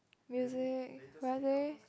music where are they